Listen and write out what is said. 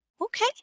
okay